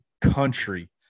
country